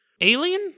alien